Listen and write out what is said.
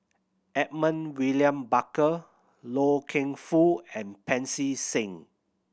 Edmund William Barker Loy Keng Foo and Pancy Seng